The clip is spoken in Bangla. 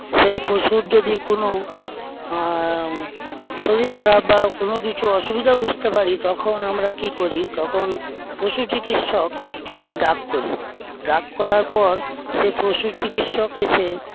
সেই পশুর যদি কোনো শরীর খারাপ বা কোনোকিছু অসুবিধা বুঝতে পারি তখন আমরা কি করি তখন পশুচিকিৎসককে ডাক করি ডাক করার পর সে পশুচিকিৎসক এসে